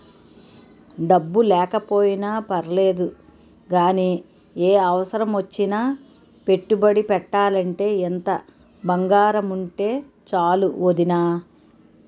డబ్బు లేకపోయినా పర్లేదు గానీ, ఏ అవసరమొచ్చినా పెట్టుబడి పెట్టాలంటే ఇంత బంగారముంటే చాలు వొదినా